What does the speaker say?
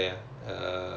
okay